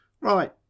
Right